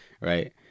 right